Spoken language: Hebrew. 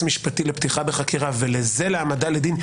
משפטי לפתיחה בחקירה ולזה להעמדה לדין,